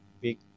big